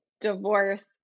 divorce